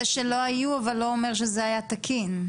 זה שלא היו אבל, לא אומר שזה היה תקין.